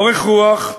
אורך רוח,